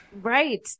Right